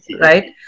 right